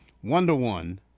one-to-one